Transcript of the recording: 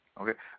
Okay